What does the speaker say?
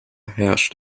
herrscht